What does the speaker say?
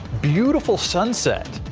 beautiful sunset.